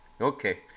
Okay